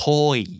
Toy